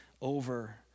over